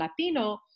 Latino